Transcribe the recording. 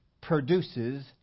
produces